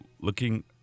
looking